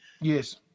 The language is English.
Yes